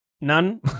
none